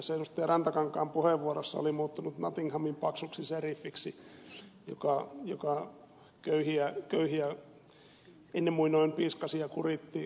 rantakankaan puheenvuorossa oli muuttunut nottinghamin paksuksi seriffiksi joka köyhiä ennen muinoin piiskasi ja kuritti